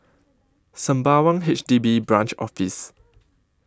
Sembawang H D B Branch Office